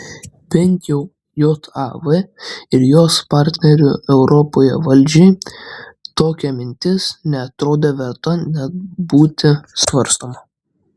bent jau jav ir jos partnerių europoje valdžiai tokia mintis neatrodė verta net būti svarstoma